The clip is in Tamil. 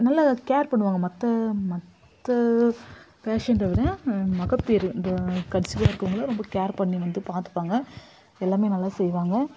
நல்லா ஒரு கேர் பண்ணுவாங்க மற்ற மற்ற பேஷண்ட்டை விட மகப்பேறு இந்த கன்சீவாக இருக்கிறவங்கள ரொம்ப கேர் பண்ணி பார்த்துப்பாங்க எல்லாமே நல்லா செய்வாங்க